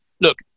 look